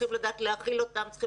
צריכים לדעת להכיל אותם,